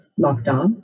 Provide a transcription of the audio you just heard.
lockdown